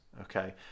Okay